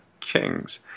Kings